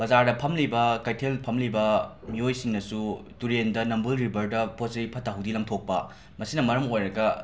ꯕꯖꯥꯔꯗ ꯐꯝꯂꯤꯕ ꯀꯩꯊꯦꯜ ꯐꯝꯂꯤꯕ ꯃꯤꯑꯣꯏꯁꯤꯡꯅꯁꯨ ꯇꯨꯔꯦꯟꯗ ꯅꯝꯕꯨꯜ ꯔꯤꯕꯔꯗ ꯄꯣꯠꯆꯩ ꯐꯠꯇ ꯍꯥꯎꯊꯤ ꯂꯪꯊꯣꯛꯄ ꯑꯁꯤꯅ ꯃꯔꯝ ꯑꯣꯏꯔꯒ